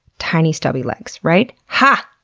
tiny stubby legs, right? hah!